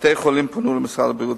בתי-החולים פנו אל משרד הבריאות,